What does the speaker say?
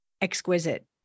exquisite